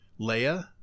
Leia